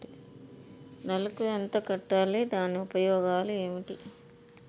నెలకు ఎంత కట్టాలి? దాని ఉపయోగాలు ఏమిటి?